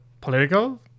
political